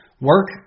Work